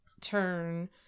turn